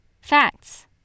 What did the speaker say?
Facts